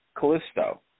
Callisto